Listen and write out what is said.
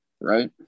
right